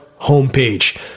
homepage